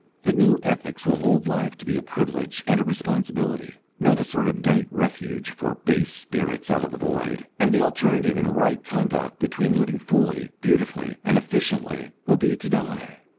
the new ethics will hold life to be a privilege and a responsibility, not a sort of night refuge for base spirits out of the void and the alternative in right conduct between living fully, beautifully, and efficiently will be to die.